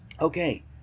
Okay